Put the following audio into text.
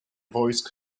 voice